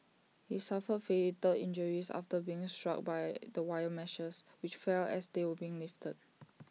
he suffered fatal injuries after being struck by the wire meshes which fell as they were being lifted